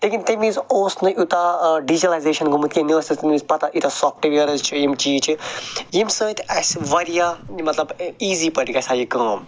لیکِن تَمہِ وزۍ اوس نہٕ یوٗتاہ ٲں ڈِجٹلایزیشن گوٚمُت کیٚنٛہہ نَہ ٲسۍ اسہِ تمہِ وِزۍ پتہ یٖتیٛاہ سافٹویرٕز چھِ یِم چیٖز چھِ یِیٚمہٕ سۭتۍ اسہِ واریاہ مطلب ایزی پٲٹھۍ گژھہِ ہا یہ کٲم